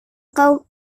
kau